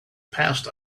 passed